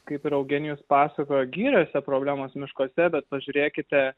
kaip ir eugenijus pasakojo giriose problemos miškuose bet pažiūrėkite